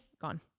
gone